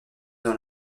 dans